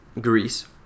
greece